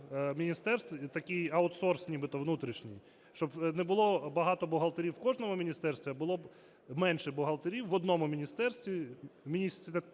такий аутсорс нібито внутрішній, щоб не було багато бухгалтерів в кожному міністерстві, а було менше бухгалтерів в одному міністерстві,